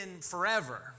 forever